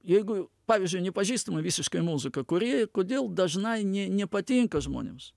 jeigu pavyzdžiui nepažįstama visiškai muzika kuri kodėl dažnai ne nepatinka žmonėms